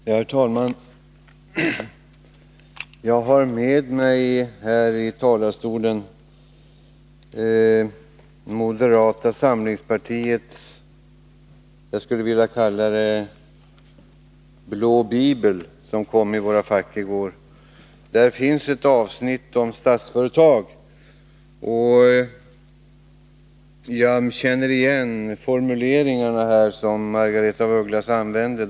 Herr talman! Jag har med mig upp i talarstolen moderata samlingspartiets motion om den ekonomiska politiken, som i går delades ut i våra fack. Jag skulle vilja kalla den moderata samlingspartiets blå bibel. I motionen finns ett avsnitt om Statsföretag. Och jag känner igen formuleringarna som Margaretha af Ugglas här använder.